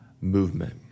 movement